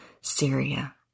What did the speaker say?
Syria